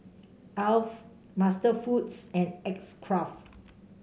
Alf MasterFoods and X Craft